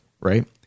right